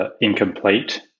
incomplete